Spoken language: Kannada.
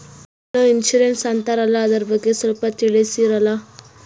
ಏನೋ ಇನ್ಸೂರೆನ್ಸ್ ಅಂತಾರಲ್ಲ, ಅದರ ಬಗ್ಗೆ ಸ್ವಲ್ಪ ತಿಳಿಸರಲಾ?